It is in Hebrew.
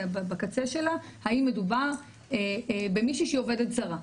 בקצה שלה האם מדובר במישהי שהיא עובדת זרה,